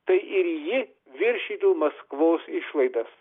tai ir ji viršytų maskvos išlaidas